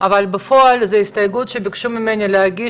כי הוא לא שלם נכון להיום,